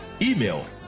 Email